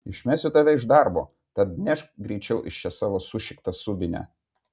išmesiu tave iš darbo tad nešk greičiau iš čia savo sušiktą subinę